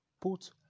put